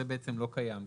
זה לא קיים כאן.